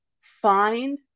find